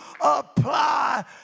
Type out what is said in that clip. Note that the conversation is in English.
apply